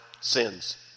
sins